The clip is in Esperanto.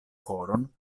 koron